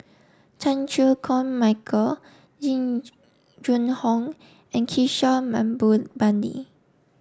Chan Chew Koon Michael Jing Jun Hong and Kishore Mahbubani